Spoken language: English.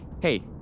Hey